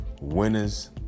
Winners